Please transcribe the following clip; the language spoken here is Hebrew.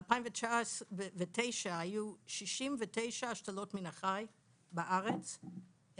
ב-2009 היו 69 השתלות מן החי בארץ,